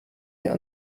wir